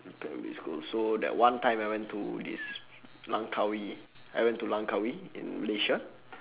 primary school so that one time I went to this langkawi I went to langkawi in malaysia